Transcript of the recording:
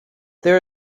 there